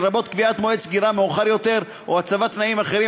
לרבות קביעת מועד סגירה מאוחר יותר או הצבת תנאים אחרים